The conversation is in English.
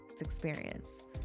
experience